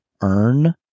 earn